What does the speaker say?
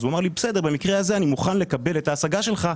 הוא אמר שבמקרה הזה הוא מוכן לקבל את ההשגה כי